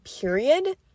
period